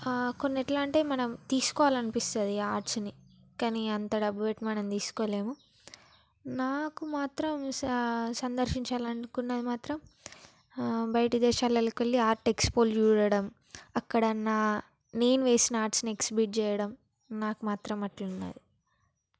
ఆ కొన్ని ఎట్లా అంటే మనం తీసుకోవాలి అనిపిస్తుంది ఆ ఆర్ట్స్ని కానీ అంత డబ్బు పెట్టి మనము తీసుకోలేము నాకు మాత్రం స సందర్శించాలి అనుకున్నవి మాత్రం ఆ బైట దేశాలకు వెళ్ళి ఆర్ట్స్ ఎక్ష్పొస్లు చూడటం అక్కడ నా నేను వేసిన ఆర్ట్స్ని ఎక్సిబీట్ చెయ్యడం నాకు మాత్రం అట్లున్నది